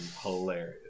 hilarious